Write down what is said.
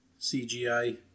CGI